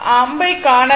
அம்பை காணவில்லை